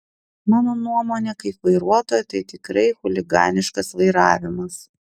mano nuomonė kaip vairuotojo tai tikrai chuliganiškas vairavimas